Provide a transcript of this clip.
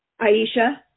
Aisha